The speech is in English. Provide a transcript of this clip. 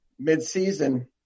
midseason